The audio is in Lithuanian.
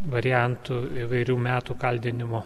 variantų įvairių metų kaldinimo